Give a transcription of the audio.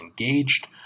engaged